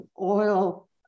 oil